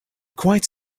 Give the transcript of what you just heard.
quite